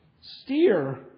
steer